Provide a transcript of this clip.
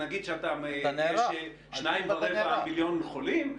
-- נגיד שיש שניים ורבע מיליון חולים,